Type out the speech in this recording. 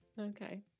okay